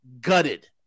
gutted